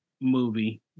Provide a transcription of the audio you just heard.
movie